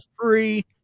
free